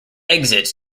exits